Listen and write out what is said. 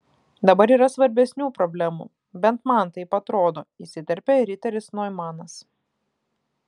dabar yra svarbesnių problemų bent man taip atrodo įsiterpė riteris noimanas